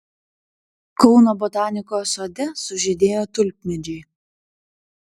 kauno botanikos sode sužydėjo tulpmedžiai